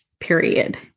period